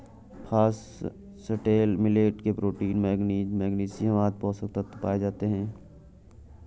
foxtail millet में protein, manganese, magnesium आदि पोषक तत्व पाए जाते है